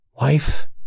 Life